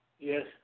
Yes